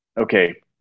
okay